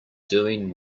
doing